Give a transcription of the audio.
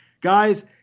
Guys